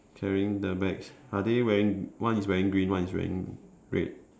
carrying the bags are they wearing one is wearing green one is wearing red